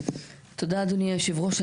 תודה, אדוני היושב-ראש.